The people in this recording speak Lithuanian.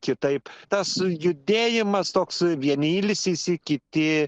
kitaip tas judėjimas toks vieni ilsisi kiti